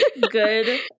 Good